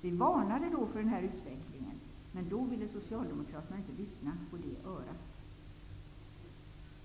Vi varnade redan då för den utvecklingen, men då ville Socialdemokraterna inte lyssna på det örat.